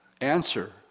answer